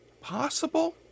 possible